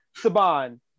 saban